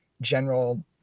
general